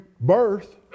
birth